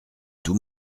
tout